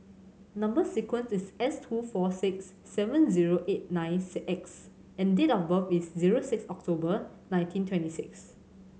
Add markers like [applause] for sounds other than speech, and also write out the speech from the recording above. number sequence is S two four six seven zero eight nine [unintelligible] X and date of birth is zero six October nineteen twenty six